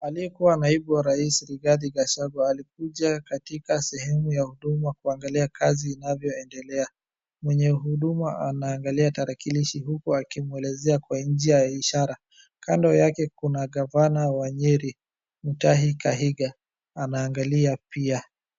Aliyekuwa naibu wa rais Rigathe Gachagua alikuja katika sehemu ya Huduma kuangalia kazi inavyoendelea. Mwenye Huduma anaangalia tarakilishi huku akimwelezea kwa njia ya ishara. Kando yake kuna gavana wa Nyeri Mutahi Kahiga, anaangalia pia.